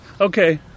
Okay